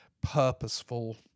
purposeful